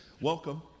Welcome